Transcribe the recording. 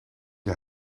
het